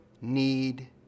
need